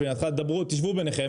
תשבו ביניכם,